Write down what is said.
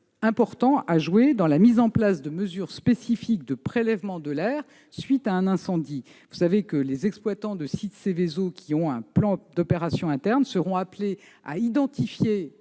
important à jouer dans la mise en place de mesures spécifiques de prélèvements de l'air à la suite d'un incendie. Vous savez que les exploitants de sites Seveso, qui ont un plan d'opération interne, seront appelés à identifier